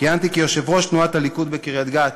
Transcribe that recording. כיהנתי כיושב-ראש תנועת הליכוד בקריית-גת